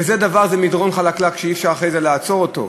וזה מדרון חלקלק, ואי-אפשר אחרי זה לעצור אותו.